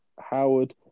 Howard